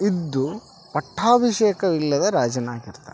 ಇದ್ದು ಪಟ್ಟಾಭಿಷೇಕ ಇಲ್ಲದ ರಾಜನಾಗಿರ್ತಾರ